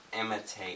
imitate